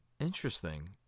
Interesting